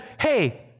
Hey